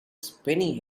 spinning